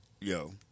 Yo